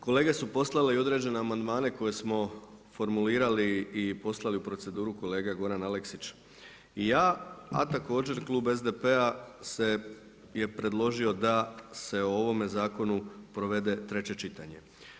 Kolege su poslale i određene amandmane koje smo formulirali i poslali u proceduru, kolega Goran Aleksić i ja, a također Klub SDP-a je predložio da se o ovome zakonu provede treće čitanje.